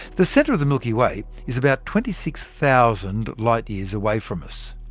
the centre of the milky way is about twenty six thousand light years away from us.